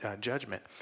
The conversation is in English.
judgment